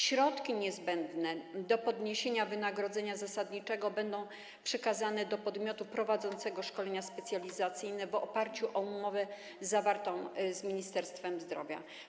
Środki niezbędne do podniesienia wynagrodzenia zasadniczego będą przekazane do podmiotu prowadzącego szkolenia specjalizacyjne w oparciu o umowę zawartą z Ministerstwem Zdrowia.